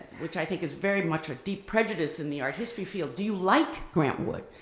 which i think is very much a deep prejudice in the art history field, do you like grant wood?